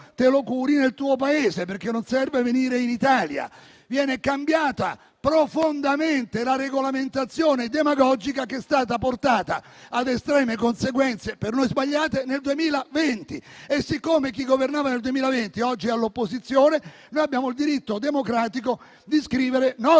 nel proprio Paese e non serve venire in Italia. Viene quindi cambiata profondamente la regolamentazione demagogica che è stata portata ad estreme conseguenze, per noi sbagliate, nel 2020. Siccome chi governava nel 2020 oggi è all'opposizione, abbiamo il diritto democratico di scrivere norme